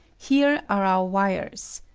here are our wires.